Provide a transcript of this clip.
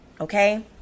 okay